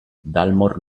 dalmor